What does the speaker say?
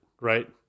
right